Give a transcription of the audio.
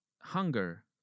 hunger